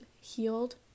healed